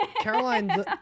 Caroline